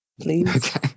Please